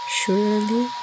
surely